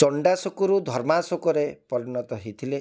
ଚଣ୍ଡାଶୋକରୁ ଧର୍ମାଶୋକରେ ପରିଣତ ହେଇଥିଲେ